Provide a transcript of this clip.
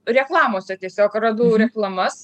reklamose tiesiog radau reklamas